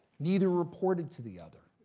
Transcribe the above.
neither reported to the other.